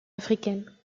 africaine